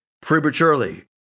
prematurely